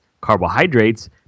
carbohydrates